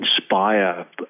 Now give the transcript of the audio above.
inspire